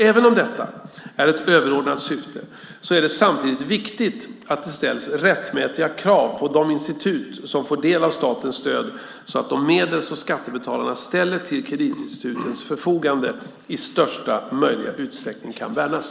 Även om detta är ett överordnat syfte är det samtidigt viktigt att det ställs rättmätiga krav på de institut som får del av statens stöd så att de medel som skattebetalarna ställer till kreditinstitutens förfogande i största möjliga utsträckning kan värnas.